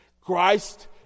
Christ